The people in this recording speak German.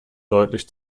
deutlich